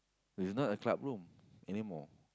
it's not a club room anymore